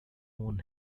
own